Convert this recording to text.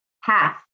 half